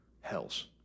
hells